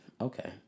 okay